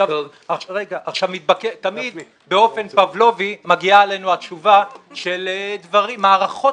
עכשיו תמיד באופן פבלובי מגיעה אלינו התשובה של מערכות